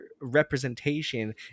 representation